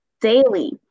daily